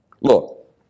Look